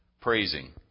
praising